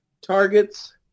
targets